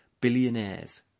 Billionaires